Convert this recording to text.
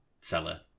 fella